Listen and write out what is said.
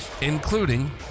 including